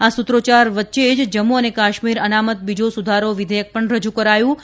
આ સૂત્રોચ્યાર વચ્ચે જ જમ્મુ અને કાશ્મીર અનામત બીજા સુધારો વિધેયક પણ રજૂ કરાયું હતું